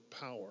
power